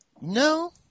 no